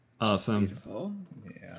Awesome